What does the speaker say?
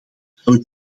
zou